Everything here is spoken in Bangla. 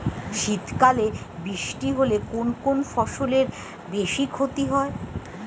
শীত কালে বৃষ্টি হলে কোন কোন ফসলের বেশি ক্ষতি হয়?